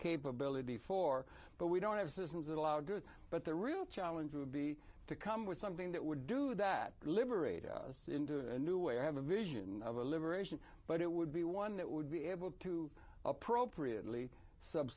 capability for but we don't have systems that allow do it but the real challenge would be to come with something that would do that liberate us into a new way or have a vision of a liberation but it would be one that would be able to appropriately sub